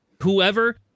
Whoever